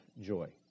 joy